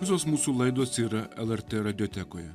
visos mūsų laidos yra lrt radiotechnikoje